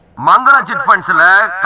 mangalam chit funds and